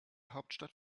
hauptstadt